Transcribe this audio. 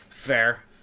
Fair